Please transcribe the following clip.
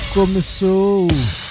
Começou